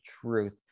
truth